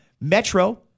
Metro